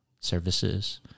services